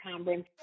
Combrin